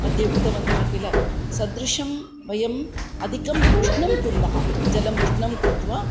मध्ये उक्तवन्तः किल सदृशं वयम् अधिकम् उष्णं कुर्मः जलम् उष्णं कृत्वा